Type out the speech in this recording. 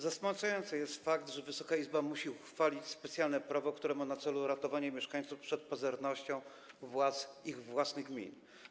Zasmucający jest fakt, że Wysoka Izba musi uchwalić specjalne prawo, które ma na celu ratowanie mieszkańców przed pazernością władz w ich własnych gminach.